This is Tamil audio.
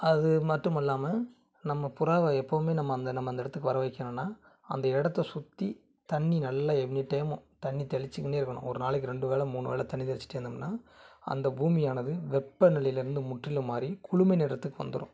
அது மட்டும் அல்லாமல் நம்ம புறாவை எப்போவுமே நம்ம அந்த நம்ம அந்த இடத்துக்கு வரவைக்கும்னா அந்த இடத்த சுற்றி தண்ணி நல்லா எனி டையமும் தண்ணி தெளிச்சிக்கினே இருக்கணும் ஒரு நாளைக்கி ரெண்டு வேலை மூணு வேலை தண்ணி தெளிச்சிகிட்டே இருந்தோம்னா அந்த பூமியானது வெப்ப நிலைலேருந்து முற்றிலும் மாறி குளுமை நிறத்துக்கு வந்துடும்